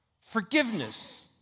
forgiveness